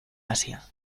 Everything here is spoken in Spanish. asia